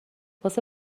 واسه